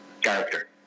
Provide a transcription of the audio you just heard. character